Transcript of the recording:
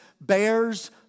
bears